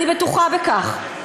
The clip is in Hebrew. אני בטוחה בכך,